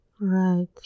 Right